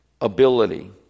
ability